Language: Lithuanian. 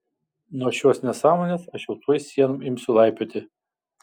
nuo šios nesąmonės aš jau tuoj sienom imsiu laipioti